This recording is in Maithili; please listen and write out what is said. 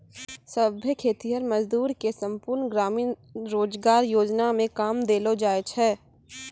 सभै खेतीहर मजदूर के संपूर्ण ग्रामीण रोजगार योजना मे काम देलो जाय छै